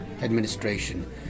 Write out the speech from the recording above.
administration